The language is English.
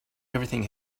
everything